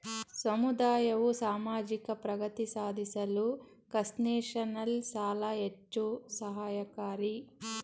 ಸಮುದಾಯವು ಸಾಮಾಜಿಕ ಪ್ರಗತಿ ಸಾಧಿಸಲು ಕನ್ಸೆಷನಲ್ ಸಾಲ ಹೆಚ್ಚು ಸಹಾಯಕಾರಿ